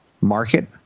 market